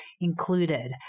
included